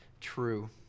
true